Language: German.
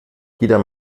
jeder